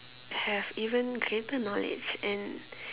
have even greater knowledge and